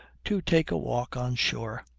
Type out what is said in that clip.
to take a walk on shore,